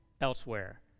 elsewhere